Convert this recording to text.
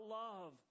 love